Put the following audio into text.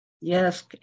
Yes